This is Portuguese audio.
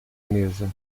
mesa